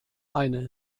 eine